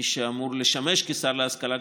מי שצריך לעבוד בבורסה בלונדון צריך ללכת ללמוד כלכלה.